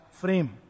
frame